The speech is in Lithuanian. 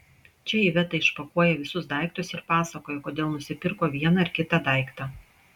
čia iveta išpakuoja visus daiktus ir pasakoja kodėl nusipirko vieną ar kitą daiktą